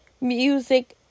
music